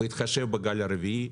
בהתחשב בגל הרביעי.